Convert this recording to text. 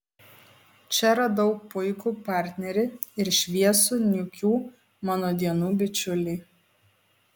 čia radau puikų partnerį ir šviesų niūkių mano dienų bičiulį